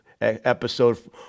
Episode